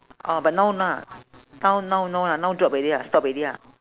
orh but no ah now now no lah now drop already lah stop already lah